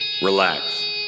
Relax